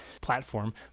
platform